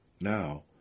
Now